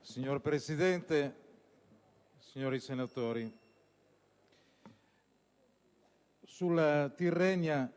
Signor Presidente, signori senatori, sulla Tirrenia